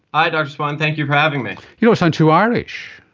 hi dr swan, thank you for having me. you don't sound too irish?